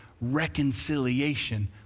reconciliation